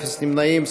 אפס נמנעים.